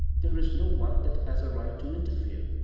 there is no one that has a right to interfere.